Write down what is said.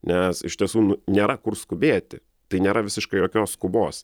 nes iš tiesų nu nėra kur skubėti tai nėra visiškai jokios skubos